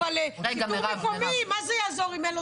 אבל שיטור מקומי, מה זה יעזור אם אין לו